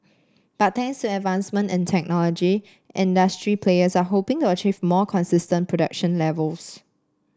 but thanks to advancements in technology industry players are hoping to achieve more consistent production levels